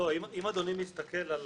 אם אדוני מסתכל על